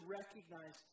recognize